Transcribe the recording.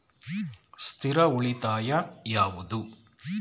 ಸ್ಥಿರ ಉಳಿತಾಯ ಯಾವುದು?